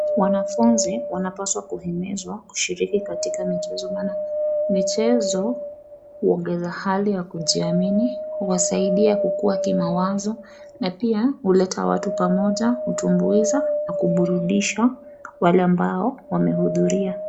Wanafunzi wanapaswa kuhimizwa kushiriki katika michezo maana michezo huongeza hali ya kujiamini, huwasaidia kukua kimawazo na pia huleta watu pamoja, hutumbuiza na kuburudisha wale ambao wamehudhuria.